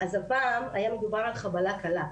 אז הפעם היה מדובר על חבלה קלה,